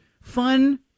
fun